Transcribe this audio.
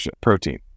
protein